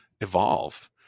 evolve